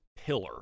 pillar